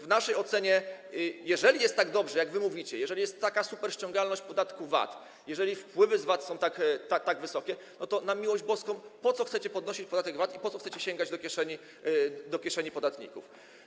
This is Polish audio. W naszej ocenie, jeżeli jest tak dobrze, jak wy mówicie, jeżeli jest taka superściągalność podatku VAT, jeżeli wpływy z VAT są tak wysokie, no to, na miłość boską, po co chcecie podnosić podatek VAT i po co chcecie sięgać do kieszeni podatników?